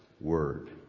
word